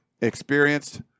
Experienced